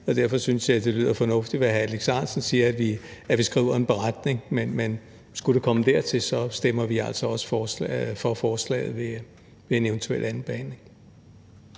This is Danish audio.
Derfor synes jeg, det lyder fornuftigt, hvad hr. Alex Ahrendtsen siger: at vi skriver en beretning. Men skulle det komme dertil, stemmer vi altså også for forslaget ved en eventuel andenbehandling.